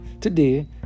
Today